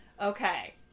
Okay